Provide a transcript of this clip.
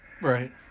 Right